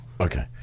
Okay